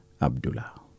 Abdullah